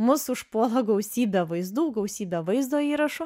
mus užpuola gausybė vaizdų gausybė vaizdo įrašų